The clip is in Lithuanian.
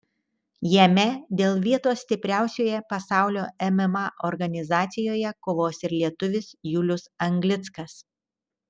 jame dėl vietos stipriausioje pasaulio mma organizacijoje kovos ir lietuvis julius anglickas